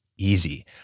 easy